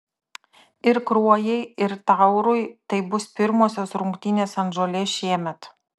ir kruojai ir taurui tai bus pirmosios rungtynės ant žolės šiemet